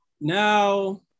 Now